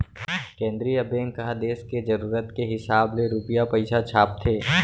केंद्रीय बेंक ह देस के जरूरत के हिसाब ले रूपिया पइसा छापथे